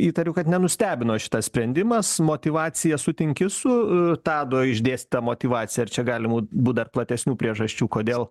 įtariu kad nenustebino šitas sprendimas motyvacija sutinki su tado išdėstyta motyvacija ir čia gali būt būt dar platesnių priežasčių kodėl